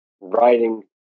writing